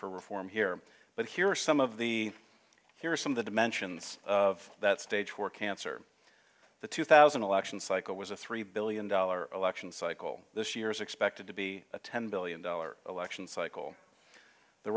for reform here but here are some of the here's some of the dimensions of that stage four cancer the two thousand election cycle was a three billion dollar election cycle this year is expected to be a ten billion dollar election cycle the